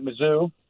Mizzou